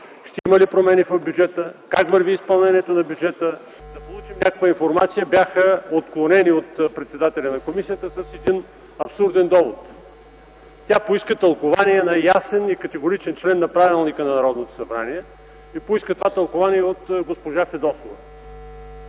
ще има ли промени в бюджета, как върви изпълнението на бюджета, да получим някаква информация бяха отклонени от председателя на комисията с един абсурден довод: тя поиска тълкование на ясен и категоричен член на правилника на Народното събрание и поиска това тълкование от госпожа Фидосова.